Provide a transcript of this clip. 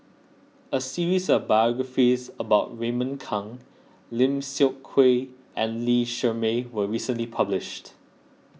a series of biographies about Raymond Kang Lim Seok Hui and Lee Shermay was recently published